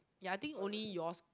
ya I think only yours